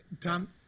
Tom